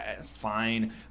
Fine